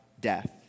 death